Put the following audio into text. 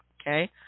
Okay